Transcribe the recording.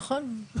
נכון.